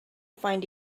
find